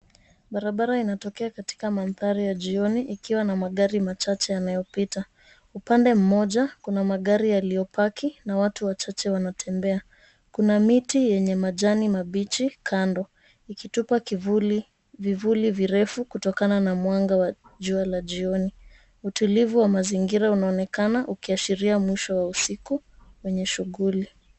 Barabara inatokea katika mandhari ya jioni ikiwa na magari machache yanayopita. Upande mmoja kuna magari yaliyopaki na watu wachache wanatembea. Kuna miti ya majani mabichi kando ikitupa vivuli virefu kutokana na mwanga wa jua la jioni. Utulivu wa mazingira unaonekana ukiashiria mwisho wa usiku wenye shughuli.